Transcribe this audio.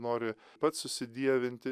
nori pats susidievinti